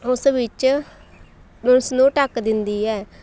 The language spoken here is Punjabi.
ਉਸ ਵਿੱਚ ਉਸਨੂੰ ਢੱਕ ਦਿੰਦੀ ਹੈ